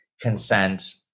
consent